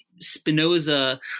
Spinoza